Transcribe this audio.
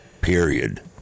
period